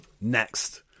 Next